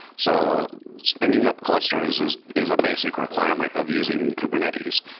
so spinning up clusters is is a basic requirement of using kubernetes.